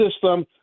system